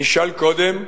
נשאל קודם,